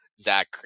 Zach